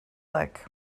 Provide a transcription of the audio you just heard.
like